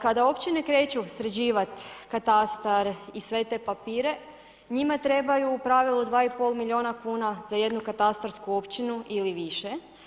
Kada općine kreću sređivati katastar i sve te papire, njima trebaju u pravilu 2,5 miliona kuna za jednu katastarsku općinu ili više.